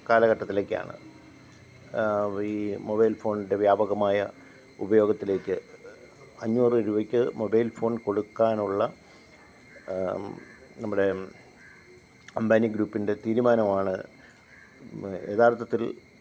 കാലഘട്ടത്തിലൊക്കെയാണ് ഈ മൊബൈല് ഫോണിന്റെ വ്യാപകമായ ഉപയോഗത്തിലേക്ക് അഞ്ഞൂറ് രൂപയ്ക്ക് മൊബൈല് ഫോണ് കൊടുക്കാനുള്ള നമ്മുടെ അംബാനി ഗ്രൂപ്പിന്റെ തീരുമാനമാണ് യഥാര്ത്ഥത്തില്